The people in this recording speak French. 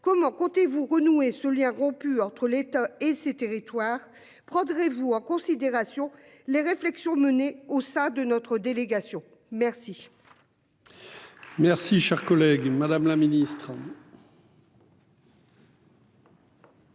comment comptez-vous renouer ce lien rompu entre l'État et ses territoires prendrez-vous en considération les réflexions menées au sein de notre délégation merci. Si. Merci cher collègue. Madame la Ministre.